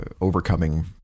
overcoming